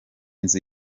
nzu